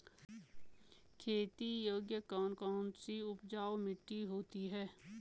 खेती योग्य कौन कौन सी उपजाऊ मिट्टी होती है?